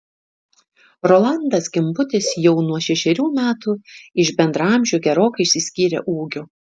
rolandas gimbutis jau nuo šešerių metų iš bendraamžių gerokai išsiskyrė ūgiu